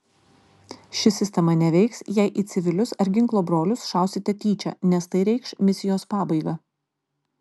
ši sistema neveiks jei į civilius ar ginklo brolius šausite tyčia nes tai reikš misijos pabaigą